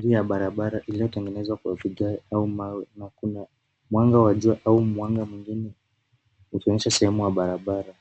chini ya barabara iliotengenezwa kwa vigae au mawe na kuna mwanga wa jua au mwanga mwingine ukionyesha sehemu ya barabara.